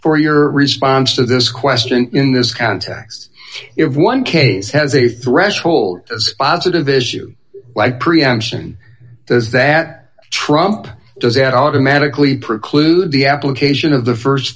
for your response to this question in this context if one case has a threshold as positive as you like preemption does that trump doesn't automatically preclude the application of the